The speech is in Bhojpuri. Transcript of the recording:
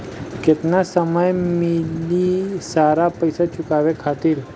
केतना समय मिली सारा पेईसा चुकाने खातिर?